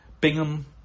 Bingham